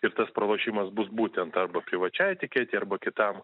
ir tas pralošimas bus būtent arba privačiai etiketei arba kitam